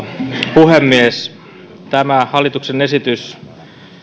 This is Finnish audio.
puhemies tämä hallituksen esitys